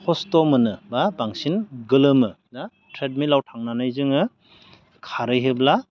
खस्थ' मोनो बा बांसिन गोलोमो ना ट्रेडमिलाव थांनानै जोङो खारहैयोब्ला